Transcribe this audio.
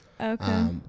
Okay